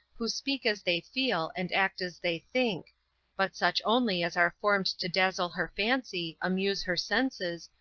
who speak as they feel, and act as they think but such only as are formed to dazzle her fancy, amuse her senses,